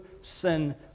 sin